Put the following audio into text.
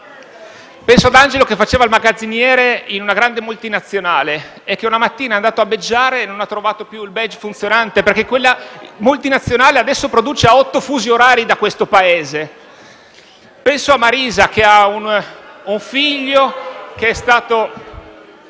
Penso ad Angelo, che faceva il magazziniere in una grande multinazionale, che una mattina è andato a beggiare e non ha trovato più il *badge* funzionante, perché quella multinazionale adesso produce a otto fusi orari da questo Paese. Penso a Marisa, che ha un figlio che è sul